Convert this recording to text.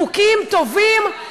חוקים טובים.